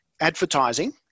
advertising